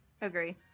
Agree